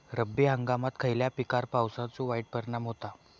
रब्बी हंगामात खयल्या पिकार पावसाचो वाईट परिणाम होता?